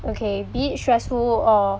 okay be it stressful or